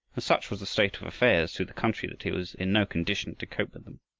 such was the state of affairs through the country that he was in no condition to cope with them.